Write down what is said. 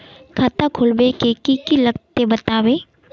खाता खोलवे के की की लगते बतावे?